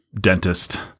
dentist